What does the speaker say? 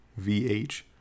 vh